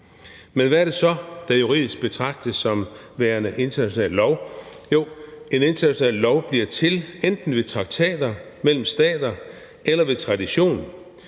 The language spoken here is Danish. Men hvad er det så, der juridisk betragtes som værende international lov? Jo, en international lov bliver til enten ved traktater mellem stater eller ved tradition.